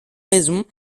raisons